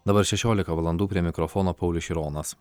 dabar šešiolika valandų prie mikrofono paulius šironas